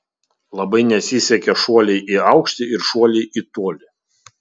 labai nesisekė šuoliai į aukštį ir šuoliai į tolį